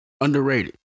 Underrated